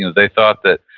they thought that,